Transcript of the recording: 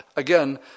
Again